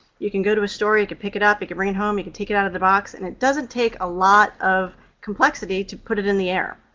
you can go to a store, you can pick it up, you can bring it home, you can take it out of the box, and it doesn't take a lot of complexity to put it in the air,